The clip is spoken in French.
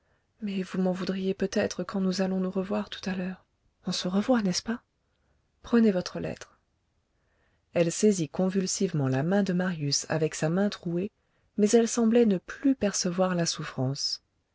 mais vous m'en voudriez peut-être quand nous allons nous revoir tout à l'heure on se revoit n'est-ce pas prenez votre lettre elle saisit convulsivement la main de marius avec sa main trouée mais elle semblait ne plus percevoir la souffrance